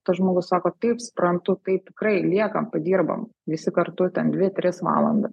tas žmogus sako taip suprantu taip tikrai liekam padirbam visi kartu ten dvi tris valanda